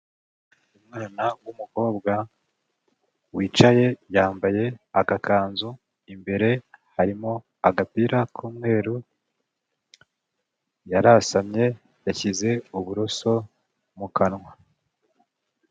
Umwana w'umukobwa wicaye yambaye agakanzu, imbere harimo agapira k'umweru, yarasamye yashyize uburoso mu kanwa.